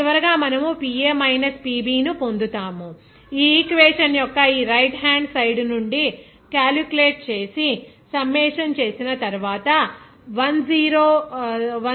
చివరగా మనము PA minus PB ని పొందుతాము ఈ ఈక్వేషన్ యొక్క ఈ రైట్ హ్యాండ్ సైడ్ నుండి క్యాలిక్యులేట్ చేసి సమ్మేషన్ చేసిన తర్వాత 10131